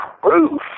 proof